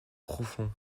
profond